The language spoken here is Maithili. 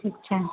ठीक छै